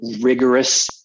rigorous